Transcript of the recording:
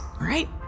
right